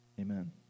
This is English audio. Amen